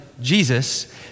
Jesus